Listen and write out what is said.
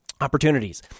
Opportunities